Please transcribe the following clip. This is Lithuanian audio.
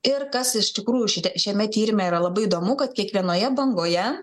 ir kas iš tikrųjų šitie šiame tyrime yra labai įdomu kad kiekvienoje bangoje